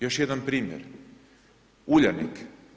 Još jedan primjer, Uljanik.